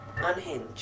Unhinged